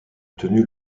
tenu